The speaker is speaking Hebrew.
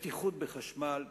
בטיחות בחשמל,